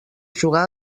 jugar